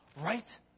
right